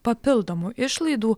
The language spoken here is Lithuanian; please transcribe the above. papildomų išlaidų